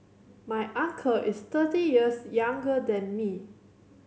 my uncle is thirty years younger than me